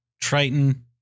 Triton